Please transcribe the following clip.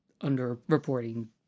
under-reporting